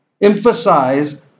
Emphasize